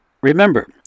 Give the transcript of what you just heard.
Remember